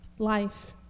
Life